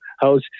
house